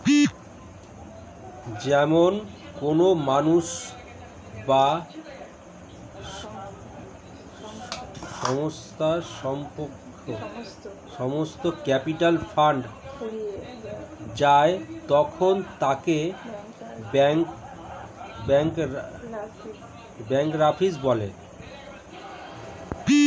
যখন কোনো মানুষ বা সংস্থার সমস্ত ক্যাপিটাল ফুরিয়ে যায় তখন তাকে ব্যাঙ্করাপ্সি বলে